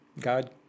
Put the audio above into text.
God